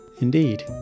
Indeed